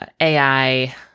AI